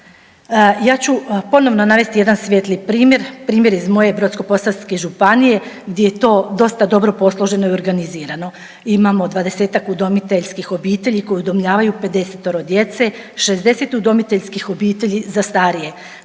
Ja ću ponovno navesti jedan svijetli primjer, primjer iz moje Brodsko-posavske županije gdje je to dosta dobro posloženo i organizirano. Imamo 20-tak udomiteljskih obitelji koji udomljavaju 50-ero djece, 60 udomiteljskih obitelji za starije.